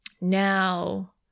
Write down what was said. Now